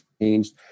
changed